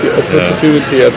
opportunity